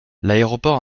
l’aéroport